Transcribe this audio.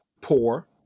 poor